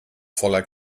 voller